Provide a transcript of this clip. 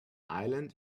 island